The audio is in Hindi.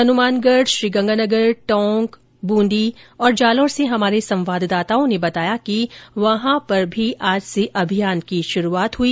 हनुमानगढ श्रीगंगानगर टोंक बूंदी जालोर जिलो से हमारे संवाददाताओं ने बताया कि वहां पर भी आज से अभियान की शुरूआत हुई